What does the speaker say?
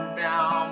down